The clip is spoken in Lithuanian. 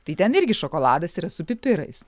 tai ten irgi šokoladas yra su pipirais